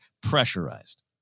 Pressurized